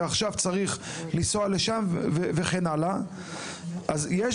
עכשיו צריך ליסוע לשם" וכן הלאה; הקשר